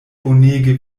bonege